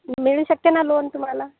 मिळू शकते ना लोन तुम्हाला